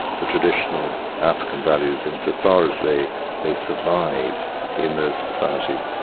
the traditional african values insofar as they they survive in those societies,